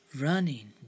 Running